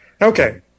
Okay